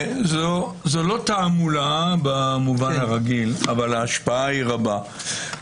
זו לא תעמולה במובן הרגיל, אבל ההשפעה היא רבה.